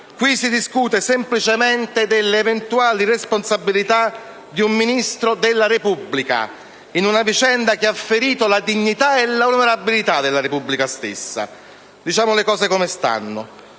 Qui si discute semplicemente delle eventuali responsabilità di un Ministro della Repubblica in una vicenda che ha ferito la dignità e l'onorabilità della Repubblica stessa. Diciamo le cose come stanno: